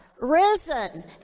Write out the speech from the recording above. risen